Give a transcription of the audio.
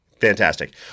Fantastic